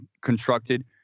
constructed